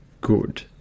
good